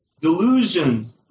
Delusion